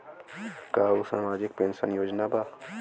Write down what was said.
का उ सामाजिक पेंशन योजना बा?